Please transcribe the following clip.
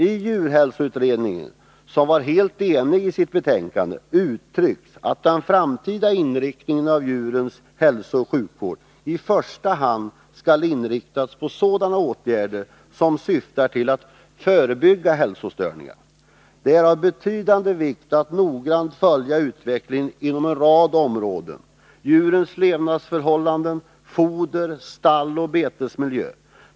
I djurhälsoutredningen, som var helt enig i sitt betänkande, uttrycktes att den framtida inriktningen av djurens hälsooch sjukvård i första hand skulle gälla sådana åtgärder som syftar till att förebygga hälsostörningar. Det är av betydande vikt att noggrant följa utvecklingen inom en rad områden — djurens levnadsförhållanden, foder, stall och betesmiljö.